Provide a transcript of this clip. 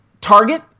Target